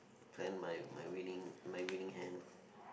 plan my my winning my winning hand